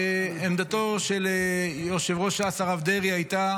עמדתו של יושב-ראש ש"ס הרב דרעי הייתה